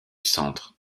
centre